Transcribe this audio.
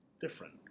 different